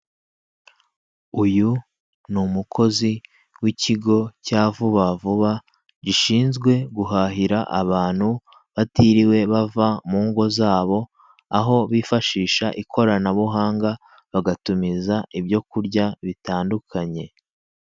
Uyu ni umukozi w'ikigo cya vuba vuba gishinzwe guhahira abantu, batiriwe bava mu ngo zabo, aho bifashisha ikoranabuhanga bagatumiza ibyo kurya bitandukanye.